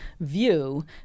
view